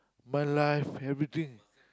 my life everything